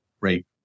right